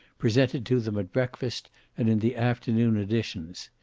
presented to them at breakfast and in the afternoon editions.